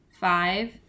five